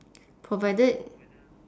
provided